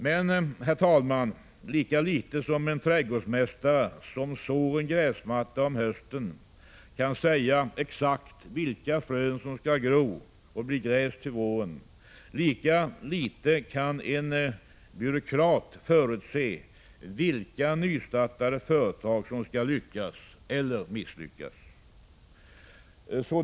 Men lika litet som en trädgårdsmästare som sår en gräsmatta om hösten kan säga exakt vilka frön som skall gro och bli gräs till våren, lika litet kan en byråkrat förutse vilka nystartade företag som skall lyckas eller misslyckas.